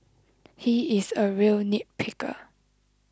he is a real nitpicker